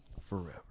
forever